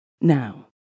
Now